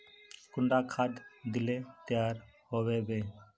कुंडा खाद दिले तैयार होबे बे?